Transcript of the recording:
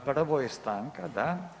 Prvo je stanka, da.